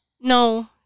No